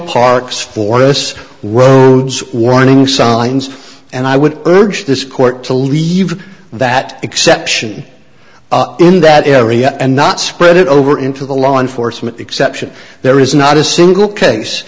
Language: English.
parks forests wounds warning signs and i would urge this court to leave that exception in that area and not spread it over into the law enforcement exception there is not a single case